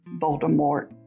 Voldemort